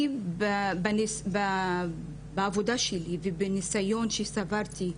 אני, בעבודה שלי ובניסיון שצברתי,